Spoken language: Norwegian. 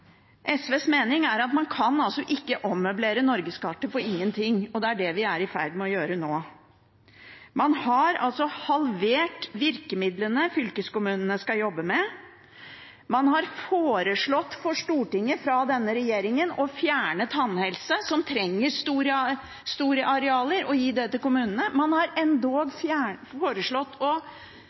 SVs mening er at man ikke kan ommøblere norgeskartet for ingen ting. Det er det man er i ferd med å gjøre nå. Man har altså halvert virkemidlene fylkeskommunene skal jobbe med, denne regjeringen har foreslått for Stortinget å flytte tannhelsetjenesten – som trenger store arealer – til kommunene. Man har endog foreslått